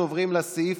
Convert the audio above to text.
ההצעה